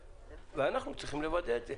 ואנחנו צריכים לוודא את זה.